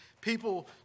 People